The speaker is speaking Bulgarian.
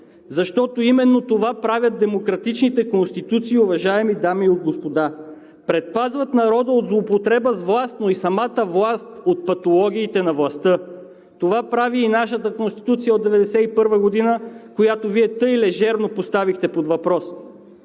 господа, именно това правят демократичните конституции – предпазват народа от злоупотреба с власт, но и самата власт от патологиите на властта. Това прави и нашата Конституция от 1991 г., която тъй лежерно поставихте под въпрос.